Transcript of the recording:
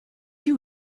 you